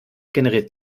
generiert